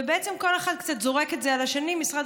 ובעצם כל אחד קצת זורק את זה על השני: משרד